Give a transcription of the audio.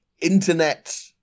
internet